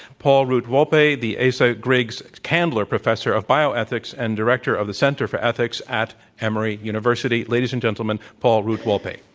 paul root wolpe, the asa griggs candler professor of bioethics and director of the center for ethics at emory university. ladies and gentlemen, paul root wolpe.